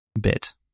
bit